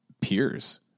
peers